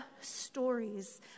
stories